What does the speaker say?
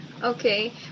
Okay